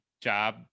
job